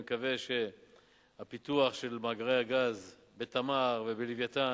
אני מקווה שהפיתוח של מאגרי הגז ב"תמר" וב"לווייתן"